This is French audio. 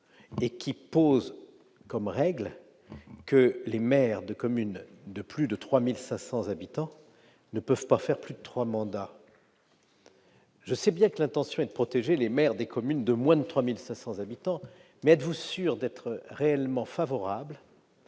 et pose comme règle que les maires de communes de plus de 3 500 habitants ne peuvent pas faire plus de trois mandats. Je sais bien que votre intention est de protéger les maires des communes de moins de 3 500 habitants. Mais êtes-vous sûr d'être réellement favorable à